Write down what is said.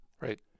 right